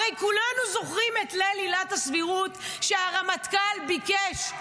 הרי כולנו זוכרים את ליל עילת הסבירות שהרמטכ"ל ביקש,